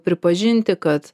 pripažinti kad